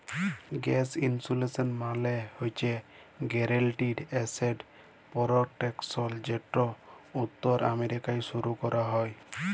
gap insurance মালে হছে guaranteed asset protection যেট উত্তর আমেরিকায় শুরু ক্যরা হ্যয়